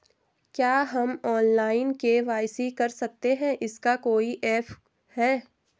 क्या हम online KYC कर सकते हैं इसका कोई ऐप है?